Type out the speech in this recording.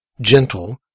gentle